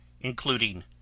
including